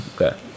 Okay